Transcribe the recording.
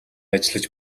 ажиллаж